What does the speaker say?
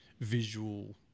visual